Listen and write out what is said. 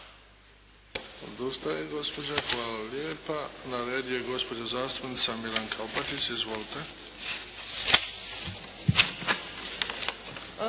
Hvala lijepa. Na redu je gospođa zastupnica Milanka Opačić. Izvolite.